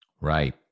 Right